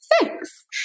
thanks